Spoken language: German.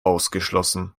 ausgeschlossen